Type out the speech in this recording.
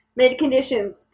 mid-conditions